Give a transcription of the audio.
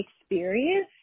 experience